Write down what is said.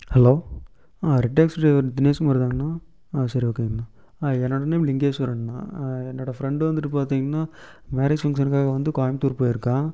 hello ரி taxi driver தினேஷ்குமாருதாங்ணா ஆ சரி ஓகேங்ணா என்னோட நேம் லிங்கேஷ்வரன்ணா என்னோட ஃப்ரெண்டு வந்துவிட்டு பார்த்தீங்னா மேரேஜ் ஃபங்ஷனுக்காக வந்து கோயம்ப்த்தூர் போய்ருக்கான்